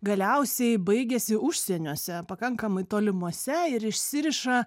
galiausiai baigiasi užsieniuose pakankamai tolimuose ir išsiriša